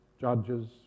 judges